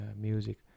music